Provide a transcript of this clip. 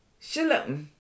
Shalom